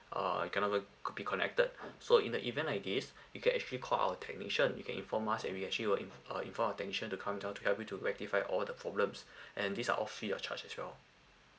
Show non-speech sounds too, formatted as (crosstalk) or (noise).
err it cannot like could be connected so in the event like this you can actually call our technician you can inform us and we actually will in~ uh inform our technician to come down to help you to rectify all the problems (breath) and these are all free of charge as well